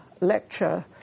lecture